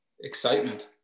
Excitement